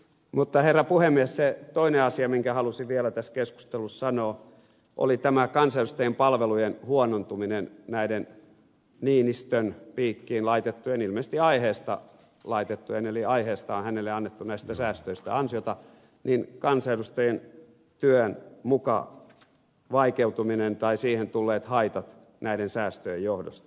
mutta herra puhemies se toinen asia minkä halusin vielä tässä keskustelussa sanoa oli tämä kansanedustajien palvelujen huonontuminen näiden puhemies niinistön piikkiin laitettujen ilmeisesti aiheesta laitettujen asioiden johdosta eli aiheesta on hänelle annettu näistä säästöistä ansiota että kansanedustajien työ muka vaikeutuu tai siihen on tullut haittoja näiden säästöjen johdosta